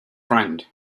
friend